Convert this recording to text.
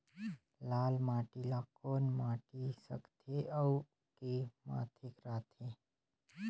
लाल माटी ला कौन माटी सकथे अउ के माधेक राथे?